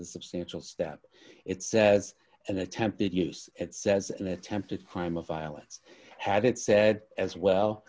the substantial step it says and attempted use it says an attempted crime of violence had it said as well